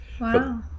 Wow